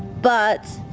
but.